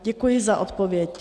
Děkuji za odpověď.